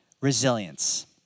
resilience